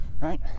Right